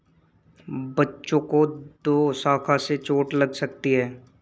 बच्चों को दोशाखा से चोट लग सकती है